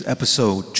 Episode